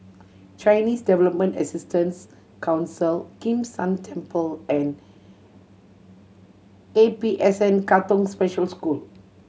Chinese Development Assistance Council Kim San Temple and A P S N Katong Special School